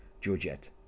Georgette